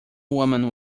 woman